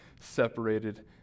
separated